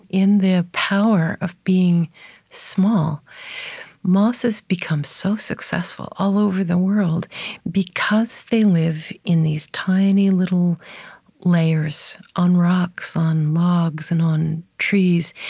in the power of being small mosses become so successful all over the world because they live in these tiny little layers on rocks, on logs, and on trees.